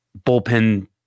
Bullpen